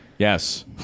Yes